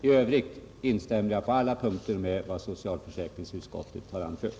I övrigt instämmer jag på alla punkter i vad socialförsäkringsutskottet har anfört.